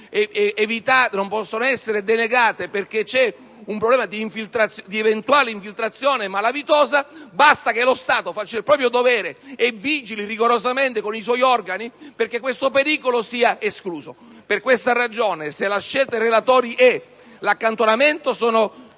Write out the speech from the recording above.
non possono essere operati perché c'è un problema di eventuale infiltrazione malavitosa, basta che lo Stato faccia il proprio dovere e vigili rigorosamente con i suoi organi perché questo pericolo sia escluso. Per tale ragione, se la scelta dei relatori è di chiedere l'accantonamento sono